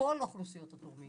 כל אוכלוסיות התורמים